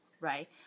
right